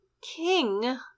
King